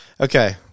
Okay